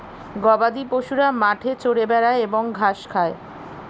গবাদিপশুরা মাঠে চরে বেড়ায় এবং ঘাস খায়